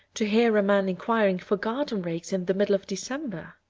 to hear a man inquiring for garden rakes in the middle of december.